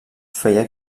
feia